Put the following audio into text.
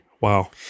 wow